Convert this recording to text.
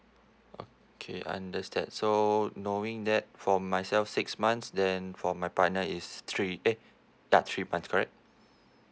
okay understand so knowing that for myself six months then for my partner is three eh that three months correct